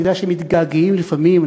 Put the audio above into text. אני יודע שמתגעגעים לפעמים,